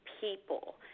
people